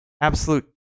absolute